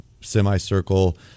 semi-circle